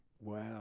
wow